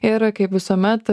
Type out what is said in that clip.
ir kaip visuomet